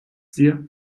dir